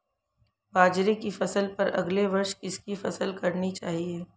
बाजरे की फसल पर अगले वर्ष किसकी फसल करनी चाहिए?